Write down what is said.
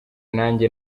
nanjye